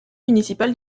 municipal